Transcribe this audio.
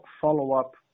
follow-up